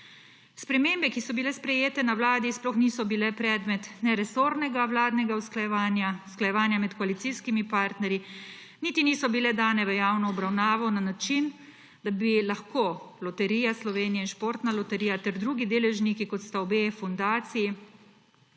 Spremembe, ki so bile sprejete na Vladi, sploh niso bile predmet resornega vladnega usklajevanja, usklajevanja med koalicijskimi partnerji niti niso bile dane v javno obravnavo na način, da bi lahko Loterija Slovenije in Športna loterija ter drugi deležniki, kot so obe fundaciji